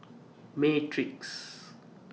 Matrix